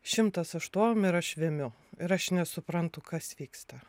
šimtas aštuom ir aš vemiu ir aš nesuprantu kas vyksta